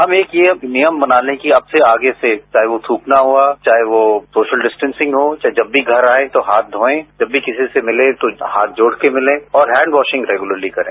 हम यह एक नियम बना ले कि चाहे वो थूकना हुआ चाहे वो सोशल डिस्टेंसिंग हुआ चाहे जब भी घर आयें तो हाथ धोएं जब भी किसी से मिले तो हाथ जोड़कर मिलें और हैंड वोसिंग रेगुलरलो करे